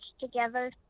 together